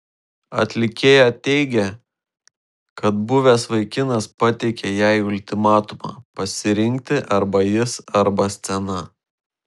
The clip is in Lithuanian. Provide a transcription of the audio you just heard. atlikėja teigė kad buvęs vaikinas pateikė jai ultimatumą pasirinkti arba jis arba scena